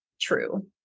true